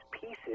pieces